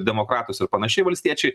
demokratus ir panašiai valstiečiai